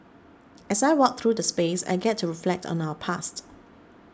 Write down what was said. as I walk through the space I get to reflect on our past